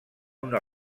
una